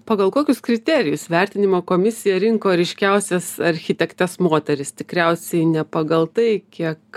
pagal kokius kriterijus vertinimo komisija rinko ryškiausias architektes moteris tikriausiai ne pagal tai kiek